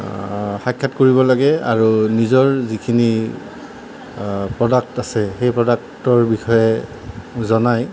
সাক্ষাৎ কৰিব লাগে আৰু নিজৰ যিখিনি প্ৰডাক্ট আছে সেই প্ৰডাক্টৰ বিষয়ে জনাই